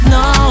no